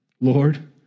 Lord